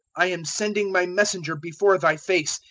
i am sending my messenger before thy face,